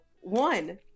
one